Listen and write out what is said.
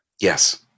Yes